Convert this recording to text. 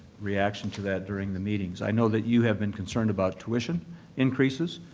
reaction to that during the meetings. i know that you have been concerned about tuition increases.